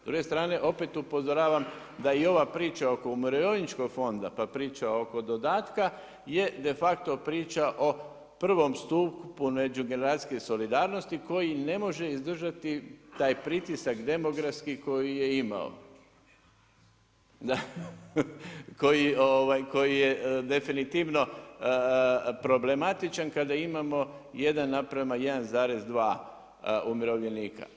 S druge strane opet upozoravam da i ova priča oko Umirovljeničkog fonda, pa priča oko dodatka je de facto priča o prvom stupu međugeneracijske solidarnosti koji ne može izdržati taj pritisak demografski koji je imao, koji je definitivno problematičan kada imamo 1:1,2 umirovljenika.